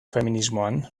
feminismoan